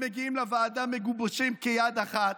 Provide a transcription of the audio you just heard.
שמגיעים לוועדה מגובשים כיד אחת.